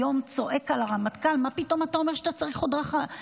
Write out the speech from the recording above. היום צועק על הרמטכ"ל: מה פתאום אתה אומר שאתה צריך עוד לוחמים,